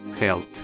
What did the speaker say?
health